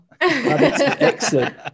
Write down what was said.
Excellent